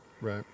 Right